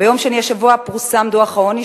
ביום שני השבוע פורסם דוח העוני,